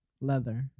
leather